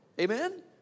Amen